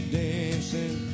dancing